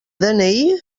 dni